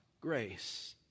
grace